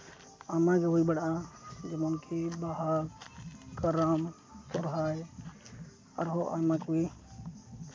ᱟᱭᱢᱟ ᱜᱮ ᱦᱩᱭ ᱵᱟᱲᱟᱜᱼᱟ ᱡᱮᱢᱚᱱᱠᱤ ᱵᱟᱦᱟ ᱠᱟᱨᱟᱢ ᱥᱚᱦᱨᱟᱭ ᱟᱨᱦᱚᱸ ᱟᱭᱢᱟ ᱠᱚᱜᱮ